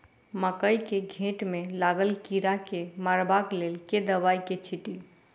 मकई केँ घेँट मे लागल कीड़ा केँ मारबाक लेल केँ दवाई केँ छीटि?